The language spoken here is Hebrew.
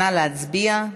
נא להצביע.